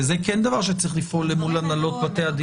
וזה כן דבר שצריך למול הנהלות בתי הדין.